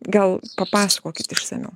gal papasakokit išsamiau